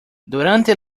durante